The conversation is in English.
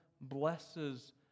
blesses